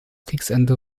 kriegsende